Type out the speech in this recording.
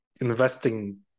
investing